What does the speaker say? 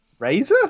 Razer